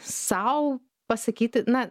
sau pasakyti na